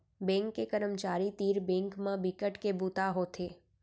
bank के करमचारी तीर बेंक म बिकट के बूता होथे